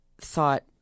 thought